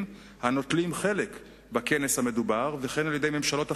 הנוטלים חלק בכנס המדובר וכן על-ידי ממשלות אחרות,